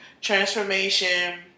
transformation